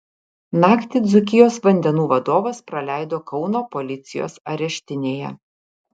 naktį dzūkijos vandenų vadovas praleido kauno policijos areštinėje